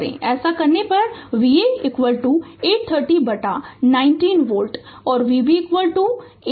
ऐसा करने पर Va 830 बटा 19 वोल्ट और Vb 810 भागित 19 वोल्ट मिलेगा